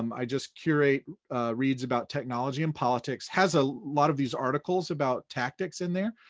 um i just curate reads about technology and politics, has a lot of these articles about tactics in there.